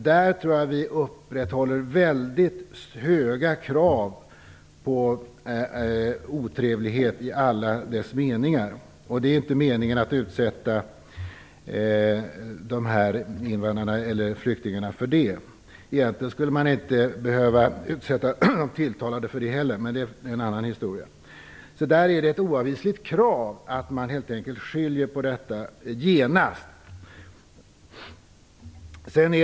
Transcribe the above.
Jag tror att vi upprätthåller mycket höga krav på otrevlighet i alla dess aspekter. Det är inte meningen att utsätta invandrarna, flyktingarna för det. Egentligen skulle man inte behöva utsätta de tilltalade för det heller, men det är en annan historia. Det är ett oavvisligt krav att man helt enkelt skiljer på detta genast.